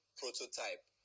prototype